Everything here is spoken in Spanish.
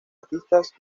artistas